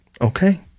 Okay